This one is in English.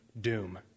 doom